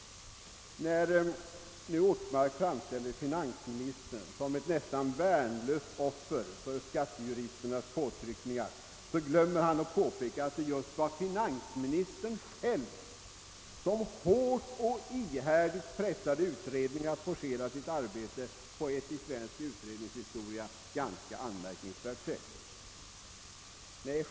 När Åke Ortmark framställer finans ministern som ett nästan värnlöst offer för skattejuristernas påtryckningar glömmer han att påpeka att det var finansministern själv som hårt och ihärdigt pressade skatteberedningen att forcera sitt arbete på ett i svensk utredningshistoria ganska anmärkningsvärt sätt.